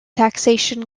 taxation